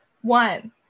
one